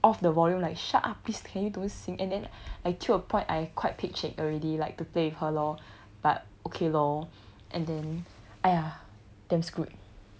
off the volume like shut up please can you don't sing and then like till a point I quite pek chek already like to play with her lor but okay lor and then !aiya! damn screwed